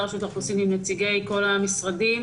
רשות האוכלוסין עם נציגי כל המשרדים